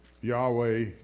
Yahweh